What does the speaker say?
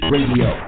Radio